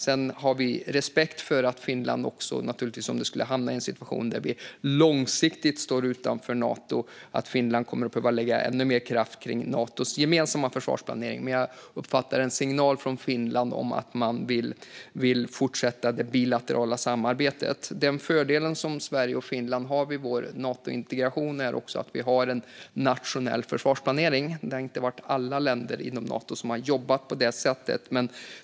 Men vi har respekt för att Finland om man skulle hamna i en situation där Sverige långsiktigt står utanför Nato kommer att behöva lägga ännu mer kraft på Natos gemensamma försvarsplanering. Jag uppfattar ändå en signal från Finland om att man vill fortsätta det bilaterala samarbetet. Den fördel Sverige och Finland har vid vår Natointegration är att vi har en nationell försvarsplanering. Det är inte alla länder i Nato som har jobbat på det sättet.